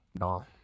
no